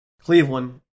Cleveland